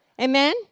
Amen